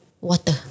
water